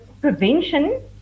prevention